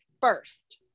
first